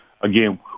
Again